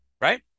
right